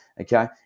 okay